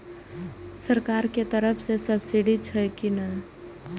सरकार के तरफ से सब्सीडी छै कि नहिं?